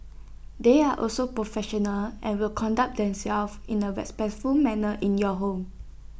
they are also professional and will conduct themselves in A respectful manner in your home